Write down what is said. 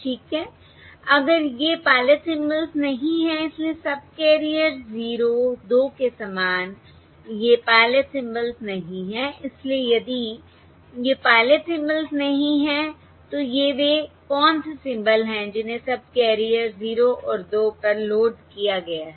ठीक है अगर ये पायलट सिंबल्स नहीं हैं इसलिए सबकैरियर 0 2 के समान ये पायलट सिंबल्स नहीं हैं इसलिए यदि ये पायलट सिंबल्स नहीं हैं तो ये वे कौन से सिंबल हैं जिन्हें सबकैरियर्स 0 और 2 पर लोड किया गया है